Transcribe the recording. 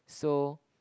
so